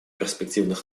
перспективных